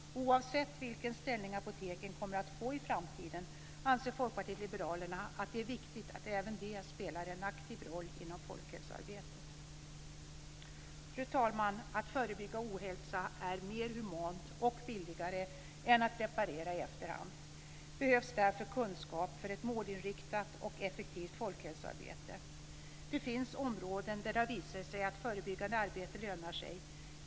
Oavsett vilken ställning apoteken kommer att få i framtiden anser Folkpartiet liberalerna att det är viktigt att även de spelar en aktiv roll inom folkhälsoarbetet. Fru talman! Att förebygga ohälsa är mer humant och billigare än att reparera i efterhand. Det behövs därför kunskap för ett målinriktat och effektivt folkhälsoarbete. Det finns områden där det har visat sig att förebyggande arbete lönar sig.